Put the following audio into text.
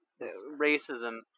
racism